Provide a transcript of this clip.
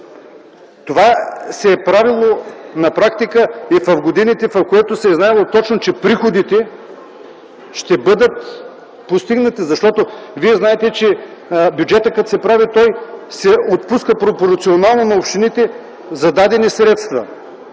Това се е правило на практика и в годините, когато се е знаело точно, че приходите ще бъдат постигнати. Защото вие знаете, че бюджетът като се прави – се отпуска пропорционално на общините за дадени средства.